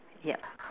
ya